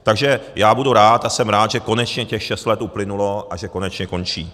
Takže já budu rád a jsem rád, že konečně těch šest let uplynulo a že konečně končí.